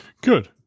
Good